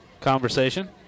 conversation